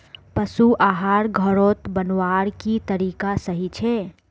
पशु आहार घोरोत बनवार की तरीका सही छे?